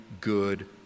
good